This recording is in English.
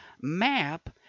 map